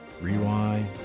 Rewind